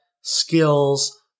skills